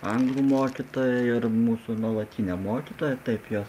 anglų mokytoja ir mūsų nuolatinė mokytoja taip jos